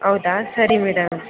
ಹೌದಾ ಸರಿ ಮೇಡಮ್